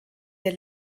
der